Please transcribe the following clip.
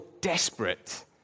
desperate